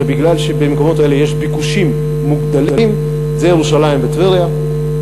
אלא מכיוון שבמקומות האלה יש ביקושים מוגדלים: זה ירושלים וטבריה,